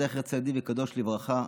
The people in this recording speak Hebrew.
זכר צדיק וקדוש לברכה,